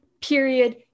period